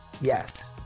Yes